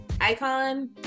icon